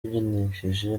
yabyinishije